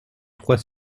trois